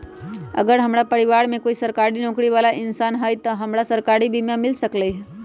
अगर हमरा परिवार में कोई सरकारी नौकरी बाला इंसान हई त हमरा सरकारी बीमा मिल सकलई ह?